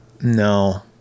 No